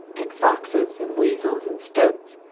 and foxes, and weasels, and stoats,